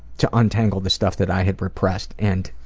to untangle the stuff that i had repressed. and